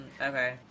Okay